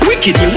Wicked